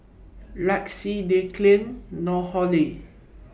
Lexie Declan Nohely